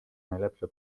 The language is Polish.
najlepsze